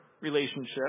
relationship